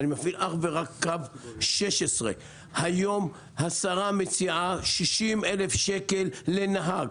אני מפעיל אך ורק קו 16. היום השרה מציעה 60,000 שקל לנהג.